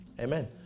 amen